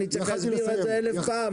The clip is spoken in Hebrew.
אני צריך להסביר את זה אלף פעם?